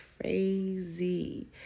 crazy